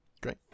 great